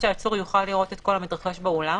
שהעצור יוכל לראות את המתרחש באולם.